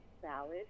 salad